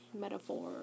metaphor